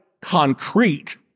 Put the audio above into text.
concrete